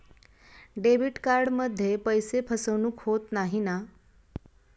Debit कार्डमध्ये पैसे फसवणूक होत नाही ना?